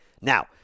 Now